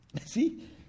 See